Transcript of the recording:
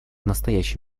настоящий